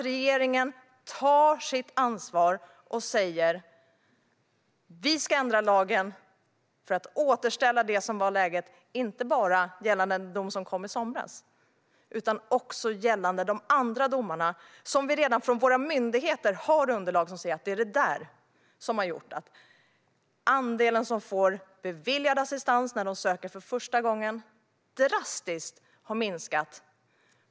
Regeringen måste ta sitt ansvar och säga: Vi ska ändra lagen för att återställa det läge som rådde inte bara före domen som kom i somras utan också efter de andra domarna. Man kan i underlag från våra myndigheter läsa om dessa domar och se att de är orsaken till att andelen som får beviljad assistans efter att man sökt för första gången på två års tid drastiskt har minskat.